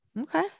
Okay